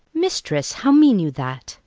mistress, how mean you that?